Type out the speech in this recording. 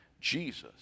Jesus